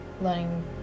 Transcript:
learning